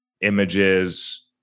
images